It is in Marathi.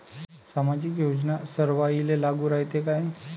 सामाजिक योजना सर्वाईले लागू रायते काय?